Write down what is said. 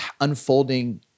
unfolding